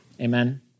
Amen